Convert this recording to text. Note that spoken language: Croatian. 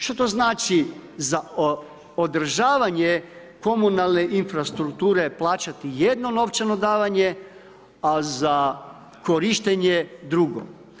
Što to znači održavanje komunalne infrastrukture plaćanje jedno novčano davanje, a za korištenje drugo?